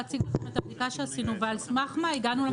להציג לכם את הבדיקה שעשינו ועל סמה מה הגענו למספרים.